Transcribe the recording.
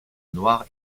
noire